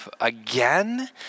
again